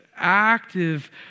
active